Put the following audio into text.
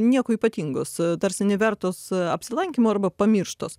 nieko ypatingos tarsi nevertos apsilankymo arba pamirštos